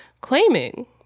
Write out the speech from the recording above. claiming